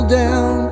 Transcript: down